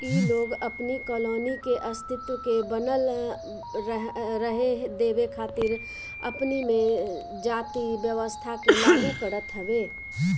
इ लोग अपनी कॉलोनी के अस्तित्व के बनल रहे देवे खातिर अपनी में जाति व्यवस्था के लागू करत हवे